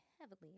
heavily